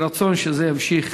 יהי רצון שזה יימשך